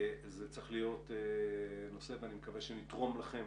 זה צריך להיות נושא ואני מקווה שנתרום לכם